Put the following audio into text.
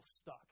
stuck